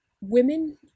women